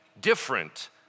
different